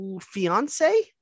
fiance